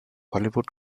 hollywood